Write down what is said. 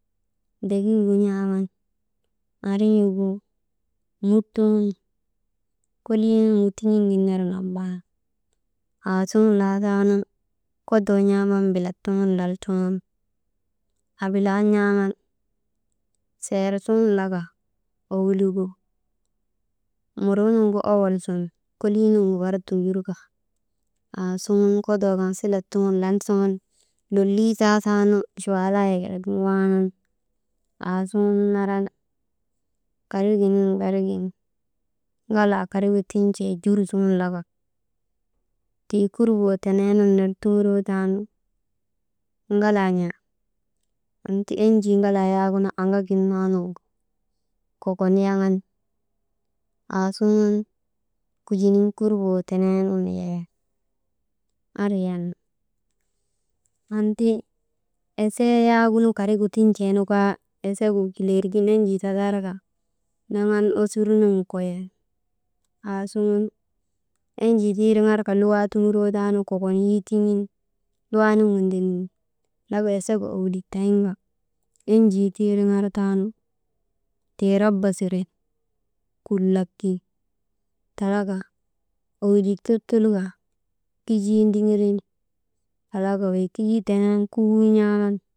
Degiigu n̰aaamn andrin̰igu mut tuŋun kolii nuŋgu tin̰iŋ gin ner nambaanan aasuŋun laataanu kodoo n̰aaman bilat tuŋun lal suŋun abilaa n̰aaman seer suŋun laka owilugu muruu nuŋgu oyol sun, kolii nuŋgu bar tunjur ka aasuŋgun kodoo kan filat suŋun lala suŋun lolii taataanu chuwaalayek kalagin waanan, aasuŋun naran kariginiŋ barigin ŋalaa karigu tin̰tee cur suŋun laka, tii kurboo tenee nun ner tuŋuroo taanu ŋalaa n̰an anti enjii yaagunu anŋagin naa nuŋu kokon yaŋan, aasuŋun kujinin kurboo tenee nun yeyan, andriyan. Anti esee yaagunu karigu tin̰tee nu kaa, esegu kileerigin enjii tatarka, naŋan osurnun koyen, aasuŋun enjii tiiriŋarka luwaa tuŋuroo taanu, kokon yitiŋin luwaa nuŋgu ndenin laka esegu oolik tayin ka enjii tiriŋartaanu tii raba siren kulak kin talaka oolik tutul ka kijii ndigirin talaka wey kijii teneenu kubuu n̰aaman.